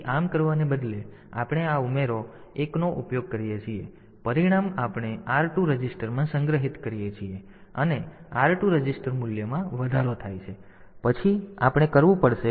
તેથી આમ કરવાને બદલે આપણે આ ઉમેરો એકનો ઉપયોગ કરીએ છીએ પછી પરિણામ આપણે r2 રજિસ્ટરમાં સંગ્રહિત કરીએ છીએ અને r2 રજિસ્ટર મૂલ્યમાં વધારો થાય છે અને પછી આપણે કરવું પડશે